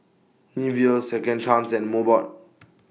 Nivea Second Chance and Mobot